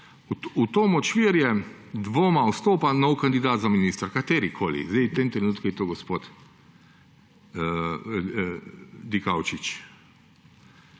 v to močvirje dvoma vstopa nov kandidat za ministra. Katerikoli. Zdaj, v tem trenutku je to gospod Dikaučič.